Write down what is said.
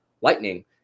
lightning